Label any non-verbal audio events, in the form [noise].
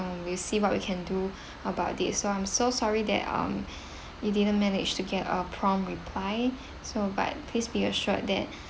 we'll see what we can do [breath] about this so I'm so sorry that um [breath] you didn't manage to get our prompt reply so but please be assured that [breath]